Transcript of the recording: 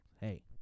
Hey